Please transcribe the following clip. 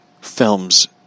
films